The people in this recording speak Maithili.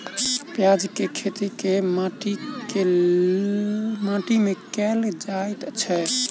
प्याज केँ खेती केँ माटि मे कैल जाएँ छैय?